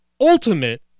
ultimate